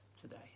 today